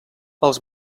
els